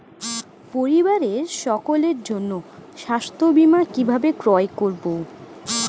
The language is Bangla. পরিবারের সকলের জন্য স্বাস্থ্য বীমা কিভাবে ক্রয় করব?